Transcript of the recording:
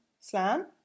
slam